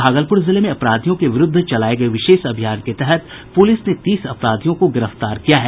भागलपूर जिले में अपराधियों के विरुद्ध चलाये गये विशेष अभियान के तहत प्रलिस ने तीस अपराधियों को गिरफ्तार किया है